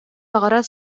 баҕарар